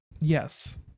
Yes